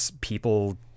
people